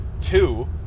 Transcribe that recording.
Two